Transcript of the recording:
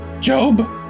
Job